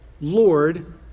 Lord